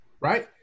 Right